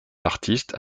l’artiste